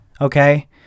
Okay